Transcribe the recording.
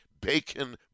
bacon